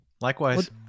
Likewise